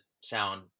sound